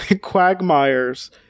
Quagmire's